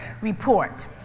report